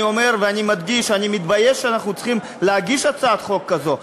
אני אומר ומדגיש: אני מתבייש שאנחנו צריכים להגיש הצעת חוק כזו.